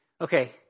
okay